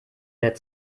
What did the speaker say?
der